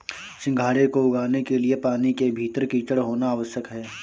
सिंघाड़े को उगाने के लिए पानी के भीतर कीचड़ होना आवश्यक है